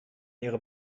ihre